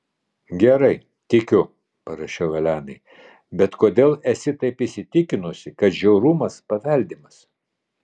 gerai tikiu parašiau elenai bet kodėl esi taip įsitikinusi kad žiaurumas paveldimas